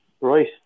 right